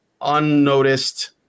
unnoticed